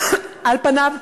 על פניו,